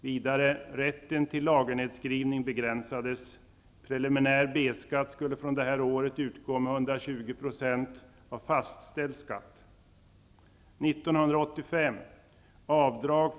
Vidare begränsades rätten till lagernedskrivning.